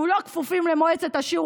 אנחנו לא כפופים למועצת השורא,